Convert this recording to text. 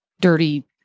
dirty